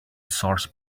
source